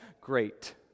great